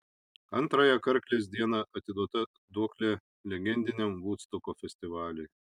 antrąją karklės dieną atiduota duoklė legendiniam vudstoko festivaliui